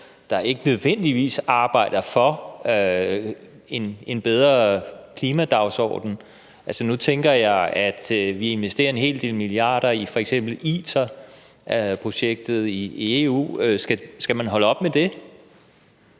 der ikke nødvendigvis arbejder for en bedre klimadagsorden? Altså, nu tænker jeg, at vi investerer en hel del milliarder i f.eks. ITER-projektet i EU. Skal man holde op med det?